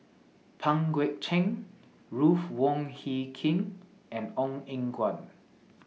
Pang Guek Cheng Ruth Wong Hie King and Ong Eng Guan